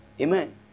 Amen